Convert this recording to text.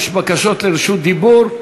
יש בקשות לרשות דיבור.